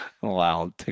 Wow